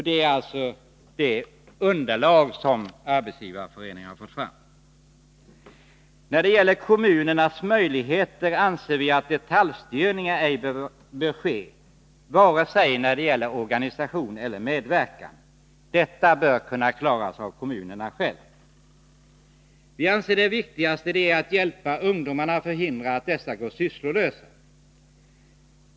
Det är vad Arbetsgivareföreningen har fått fram. När det gäller kommunernas möjligheter anser vi att detaljstyrning ej bör ske, vare sig när det gäller organisation eller när det gäller medverkan. Detta bör kunna klaras av kommunerna själva. Vi anser att det viktigaste är att hjälpa ungdomarna och förhindra att de går sysslolösa.